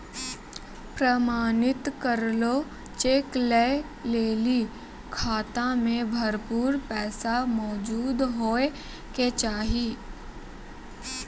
प्रमाणित करलो चेक लै लेली खाता मे भरपूर पैसा मौजूद होय के चाहि